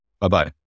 Bye-bye